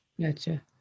Gotcha